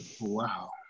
Wow